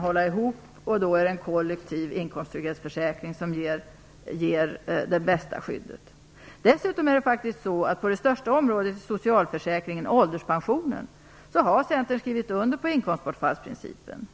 hålla ihop. Då är det en kollektiv inkomsttrygghetsförsäkring som ger det bästa skyddet. Centern har på det största området inom socialförsäkringen, ålderspensionen, skrivit under på inkomstbortfallsprincipen.